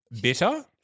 Bitter